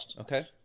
Okay